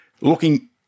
Looking